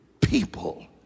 people